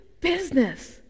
business